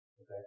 okay